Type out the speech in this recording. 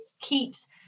keeps